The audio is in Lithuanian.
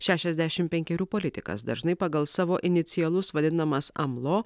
šešiasdešimt penkerių politikas dažnai pagal savo inicialus vadinamas amlo